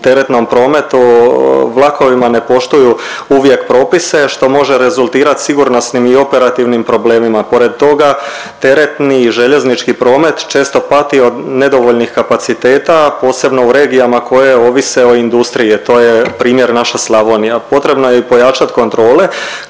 teretnom prometu vlakovima ne poštuju uvijek propise, što može rezultirat sigurnosnim i operativnim problemima. Pored toga teretni i željeznički promet često pati od nedovoljnih kapaciteta, a posebno u regijama koje ovise o industriji, to je primjer naša Slavonija. Potrebno je pojačat kontrole